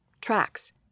Tracks